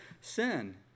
sin